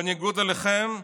בניגוד אליכם,